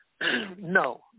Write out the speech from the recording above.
No